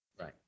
Right